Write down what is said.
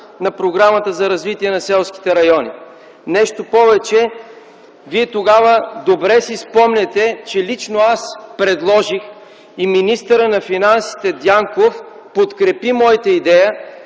на Програмата за развитие на селските райони. Нещо повече, Вие добре си спомняте, че лично аз предложих и министърът на финансите Дянков подкрепи моята идея,